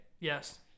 Yes